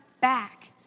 back